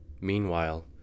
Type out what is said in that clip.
Meanwhile